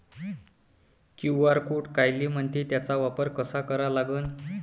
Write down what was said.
QR code कायले म्हनते, त्याचा वापर कसा करा लागन?